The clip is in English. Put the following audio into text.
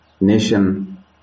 Nation